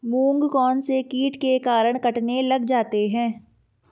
मूंग कौनसे कीट के कारण कटने लग जाते हैं?